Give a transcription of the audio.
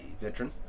veteran